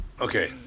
Okay